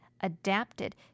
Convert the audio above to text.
adapted